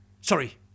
sorry